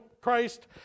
Christ